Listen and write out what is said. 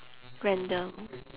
random